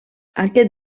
aquest